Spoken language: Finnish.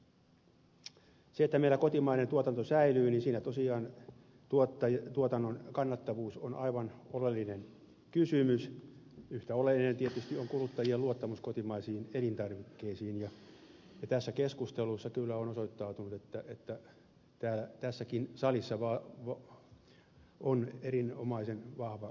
jotta meillä kotimainen tuotanto säilyy on tuotannon kannattavuus tosiaan aivan oleellinen kysymys yhtä oleellinen tietysti on kuluttajien luottamus kotimaisiin elintarvikkeisiin ja tässä keskustelussa kyllä on osoittautunut että tässäkin salissa on erinomaisen vahva luottamus kotimaiseen tuotantoon